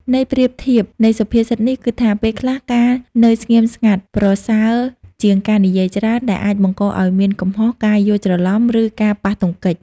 ន័យប្រៀបធៀបនៃសុភាសិតនេះគឺថា ពេលខ្លះ ការនៅស្ងៀមស្ងាត់ប្រសើរជាងការនិយាយច្រើន ដែលអាចបង្កឱ្យមានកំហុស ការយល់ច្រឡំ ឬការប៉ះទង្គិច។